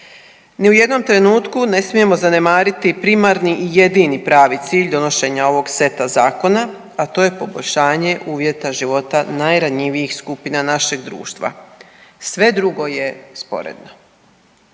Ni u jednom trenutku ne smijemo zanemariti primarni i jedini pravi cilj donošenja ovog seta zakona, a to je poboljšanje uvjeta života najranjivijih skupina našeg društva, sve drugo je sporedno.